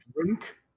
drink